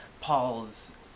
Paul's